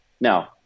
Now